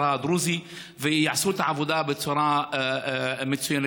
הדרוזי ויעשו את העבודה בצורה מצוינת.